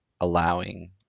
allowing